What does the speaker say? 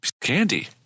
candy